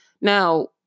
Now